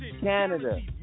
canada